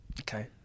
okay